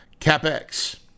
CapEx